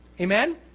Amen